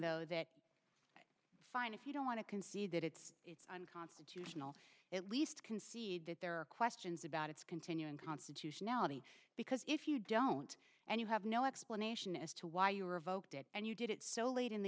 though that fine if you don't want to concede that it's a situational at least concede that there are questions about its continuing constitutionality because if you don't and you have no explanation as to why you were revoked it and you did it so late in the